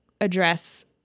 address